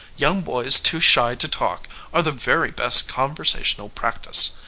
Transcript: young boys too shy to talk are the very best conversational practice.